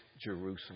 Jerusalem